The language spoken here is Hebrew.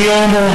אני הומו.